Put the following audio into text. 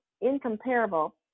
incomparable